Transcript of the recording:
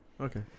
Okay